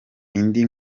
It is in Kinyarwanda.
indi